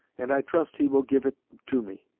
and i trust he will give it to me